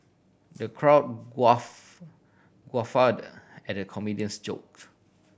the crowd guffawed at comedian's joke